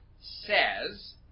Says